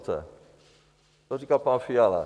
To říká pan Fiala.